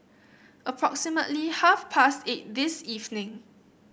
approximately half past eight this evening